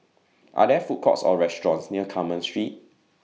Are There Food Courts Or restaurants near Carmen Street